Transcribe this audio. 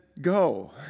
go